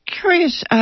curious